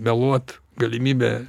meluot galimybę